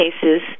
cases